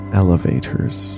elevators